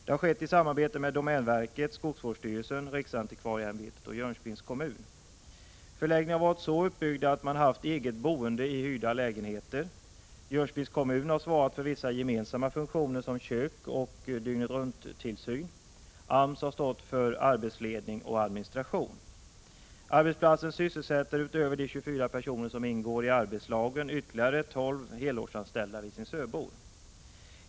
Det har skett i samarbete med domänverket, skogsvårdsstyrelsen, riksantikvarieämbetet och Jönköpings kommun. Förläggningen har varit uppbyggd med hyreslägenheter för eget boende. Jönköpings kommun har svarat för vissa gemensamma funktioner som kök och dygnet-runt-tillsyn. AMS har stått för arbetsledning och administration. Arbetsplatsen sysselsätter utöver de 24 personer som ingår i arbetslagen ytterligare 12 helårsanställda visingsöbor.